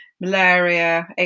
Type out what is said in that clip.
malaria